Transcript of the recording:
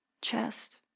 chest